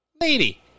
Lady